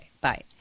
bye